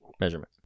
measurement